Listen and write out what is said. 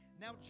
Now